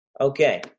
Okay